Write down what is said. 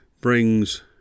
brings